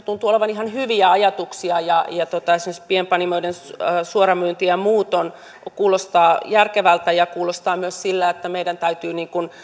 tuntuu olevan ihan hyviä ajatuksia esimerkiksi pienpanimoiden suoramyynti ja muu kuulostaa järkevältä ja kuulostaa myös siltä että meidän täytyy